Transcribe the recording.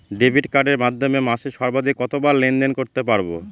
Debit কার্ডের মাধ্যমে মাসে সর্বাধিক কতবার লেনদেন করতে পারবো?